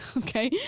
ah okay, yeah